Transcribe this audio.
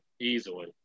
easily